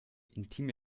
intime